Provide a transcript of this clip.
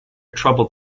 troubled